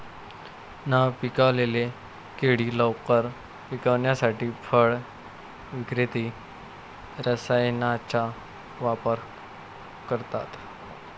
न पिकलेली केळी लवकर पिकवण्यासाठी फळ विक्रेते रसायनांचा वापर करतात